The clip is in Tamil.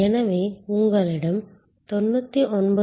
எனவே உங்களிடம் 99